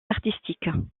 artistique